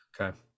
okay